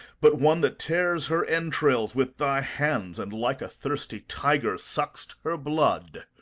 but one, that tears her entrails with thy hands, and, like a thirsty tyger, suckst her blood.